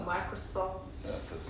Microsoft